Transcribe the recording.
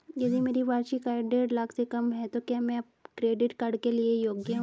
यदि मेरी वार्षिक आय देढ़ लाख से कम है तो क्या मैं क्रेडिट कार्ड के लिए योग्य हूँ?